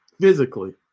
physically